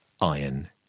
iron